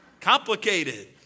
Complicated